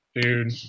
Dude